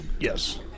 Yes